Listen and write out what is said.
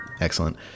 Excellent